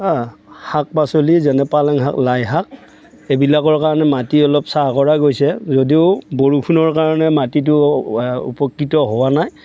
হাঁ শাক পাচলি যেনে পালেং শাক লাই শাক এইবিলাকৰ কাৰণে মাটি অলপ চাহ কৰা গৈছে যদিও বৰষুণৰ কাৰণে মাটিটো উপকৃত হোৱা নাই